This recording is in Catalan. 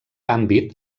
àmbit